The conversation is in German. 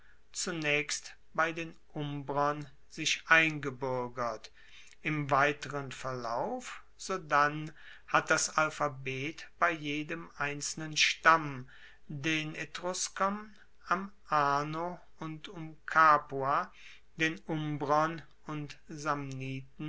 zunaechst bei den umbrern sich eingebuergert im weiteren verlaufe sodann hat das alphabet bei jedem einzelnen stamm den etruskern am arno und um capua den umbrern und samniten